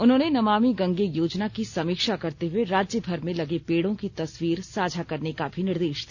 उन्होंने नमामि गंगे योजना की समीक्षा करते हुए राज्य भर में लगे पेड़ों की तस्वीर साझा करने का भी निर्देश दिया